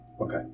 Okay